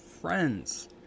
friends